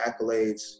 accolades